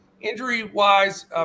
Injury-wise